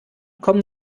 kommen